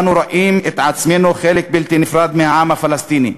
אנו רואים את עצמנו חלק בלתי נפרד מהעם הפלסטיני,